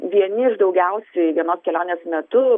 vieni iš daugiausiai vienos kelionės metu